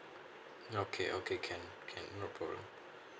okay okay can can no problem